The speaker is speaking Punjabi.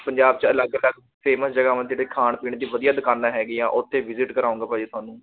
ਪੰਜਾਬ 'ਚ ਅਲੱਗ ਅਲੱਗ ਫੇਮਸ ਜਗ੍ਹਾਵਾਂ ਜਿਹੜੇ ਖਾਣ ਪੀਣ 'ਚ ਵਧੀਆ ਦੁਕਾਨਾਂ ਹੈਗੀਆਂ ਉੱਥੇ ਵਿਜਿਟ ਕਰਾਉਂਗਾ ਭਾਅ ਜੀ ਤੁਹਾਨੂੰ